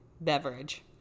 beverage